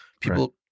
people